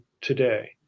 today